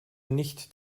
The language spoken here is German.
nicht